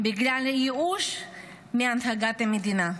בגלל הייאוש מהנהגת המדינה.